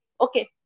Okay